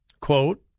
Quote